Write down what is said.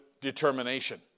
determination